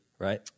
right